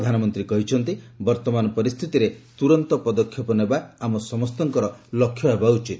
ପ୍ରଧାନମନ୍ତ୍ରୀ କହିଛନ୍ତି ବର୍ଭମାନ ପରିସ୍ଥିତିରେ ତ୍ରରନ୍ତ ପଦକ୍ଷେପ ନେବା ଆମ ସମସ୍ତଙ୍କର ଲକ୍ଷ୍ୟ ହେବା ଉଚିତ